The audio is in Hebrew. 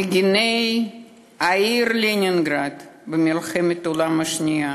מגיני העיר לנינגרד במלחמת העולם השנייה,